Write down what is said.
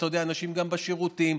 ואנשים גם בשירותים,